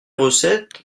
recettes